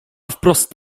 wprost